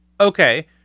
Okay